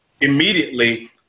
immediately –